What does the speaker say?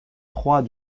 trois